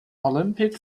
olympic